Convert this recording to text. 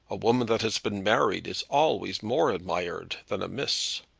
a woman that has been married is always more admired than a meess.